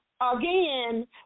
again